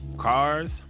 cars